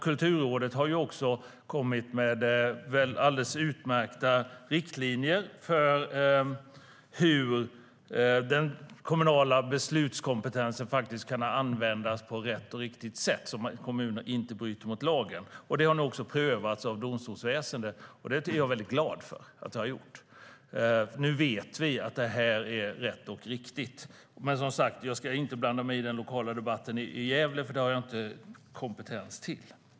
Kulturrådet har kommit med alldeles utmärkta riktlinjer för hur den kommunala beslutskompetensen kan används på ett riktigt sätt så att kommunen inte bryter mot lagen. Detta har nu prövats av domstolsväsendet, och det är jag glad för. Nu vet vi att detta är rätt och riktigt. Men jag ska som sagt inte blanda mig i den lokala debatten i Gävle, för det har jag inte kompetens för.